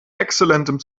exzellentem